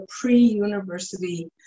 pre-university